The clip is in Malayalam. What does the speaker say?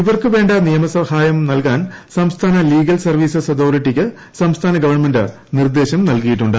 ഇവർക്ക് വേണ്ട നിയമസഹായം നൽകാൻ സംസ്ഥാന ലീഗൽ സർവീസസ് അതോറിറ്റിക്ക് സംസ്ഥാന ഗവൺമെന്റ് നിർദ്ദേശം നൽകിയിട്ടുണ്ട്